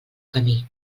camí